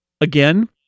again